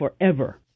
forever